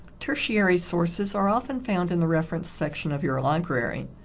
tertiary sources are often found in the reference section of your library.